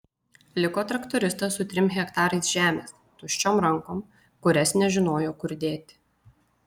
liko traktoristas su trim hektarais žemės tuščiom rankom kurias nežinojo kur dėti